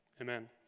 Amen